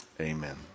amen